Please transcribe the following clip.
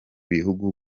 bihugu